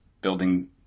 building